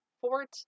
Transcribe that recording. fort